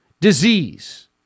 disease